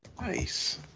Nice